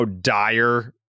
dire